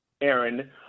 aaron